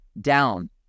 down